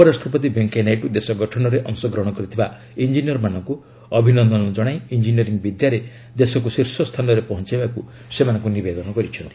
ଉପରାଷ୍ଟ୍ରପତି ଭେଙ୍କିୟା ନାଇଡୁ ଦେଶ ଗଠନରେ ଅଂଶଗ୍ରହଣ କରିଥିବା ଇଞ୍ଜିନିୟରମାନଙ୍କୁ ଅଭିନନ୍ଦନ କଣାଇ ଇଞ୍ଜିନିୟରିଂ ବିଦ୍ୟାରେ ଦେଶକୁ ଶୀର୍ଷସ୍ଥାନରେ ପହଞ୍ଚାବାକୁ ସେମାନଙ୍କୁ ନିବେଦନ କରିଛନ୍ତି